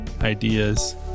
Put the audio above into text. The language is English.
ideas